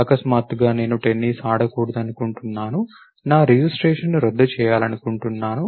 అకస్మాత్తుగా నేను టెన్నిస్ ఆడకూడదనుకుంటున్నాను నా రిజిస్ట్రేషన్ను రద్దు చేయాలనుకుంటున్నాను